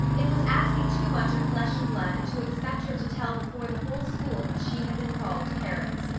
it was asking too much of flesh and blood to expect her to tell before the whole school that she had been called carrots.